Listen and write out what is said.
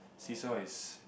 see saw is